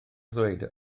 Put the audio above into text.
ddweud